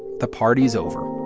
the party's over,